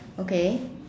okay